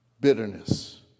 bitterness